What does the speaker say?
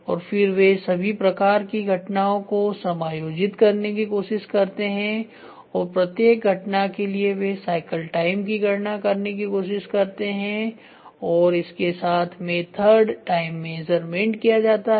और फिर वे सभी प्रकार की घटनाओं को समायोजित करने की कोशिश करते हैं और प्रत्येक घटना के लिए वे साइकिल टाइम की गणना करने की कोशिश करते है और इसके साथ मेथड टाइम मेजरमेंट किया जाता है